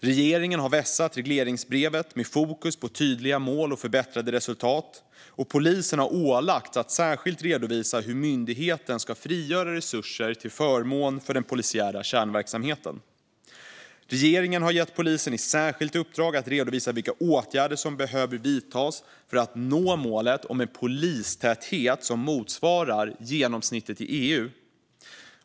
Regeringen har vässat regleringsbrevet med fokus på tydliga mål och förbättrade resultat, och polisen har ålagts att särskilt redovisa hur myndigheten ska frigöra resurser till förmån för den polisiära kärnverksamheten. Regeringen har gett polisen i särskilt uppdrag att redovisa vilka åtgärder som behöver vidtas för att nå målet om en polistäthet som motsvarar genomsnittet i EU.